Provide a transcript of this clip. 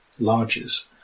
larges